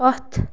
پتھ